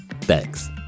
Thanks